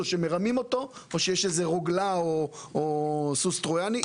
שמרמים אותו או שיש איזו רוגלה או סוס טרויאני.